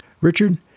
Richard